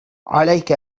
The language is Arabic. عليك